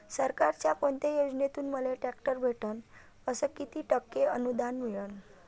सरकारच्या कोनत्या योजनेतून मले ट्रॅक्टर भेटन अस किती टक्के अनुदान मिळन?